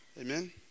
Amen